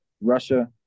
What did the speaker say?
Russia